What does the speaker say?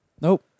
Nope